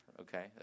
okay